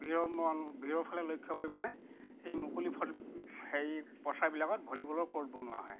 ভীৰৰ ভীৰৰ ফালে লক্ষ্য কৰি মানে সেই মুকলি হেৰি পথাৰবিলাকত ভলীবলৰ কৰ্ট বনোৱা হয়